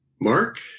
Mark